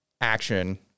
action